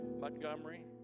Montgomery